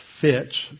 fits